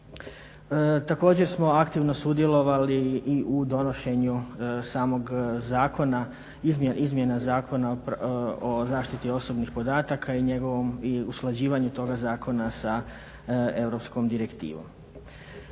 Također smo aktivno sudjelovali i u donošenju samog zakona, izmjena zakona o zaštiti osobnih podataka i usklađivanju toga zakona sa europskom direktivom.